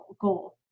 goal